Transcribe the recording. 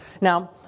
Now